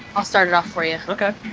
i'll start it off for you. ok,